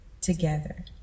together